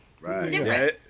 right